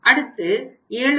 அடுத்து 7